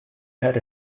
had